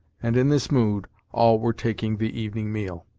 and in this mood, all were taking the evening meal.